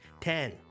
Ten